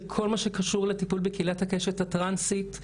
בכל מה שקשור לטיפול בקהילת הקשת הטרנסית.